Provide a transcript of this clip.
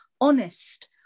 honest